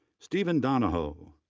steven donahoe,